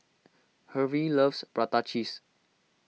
Hervey loves Prata Cheese